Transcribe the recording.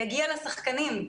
יגיע לשחקנים,